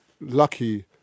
lucky